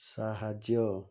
ସାହାଯ୍ୟ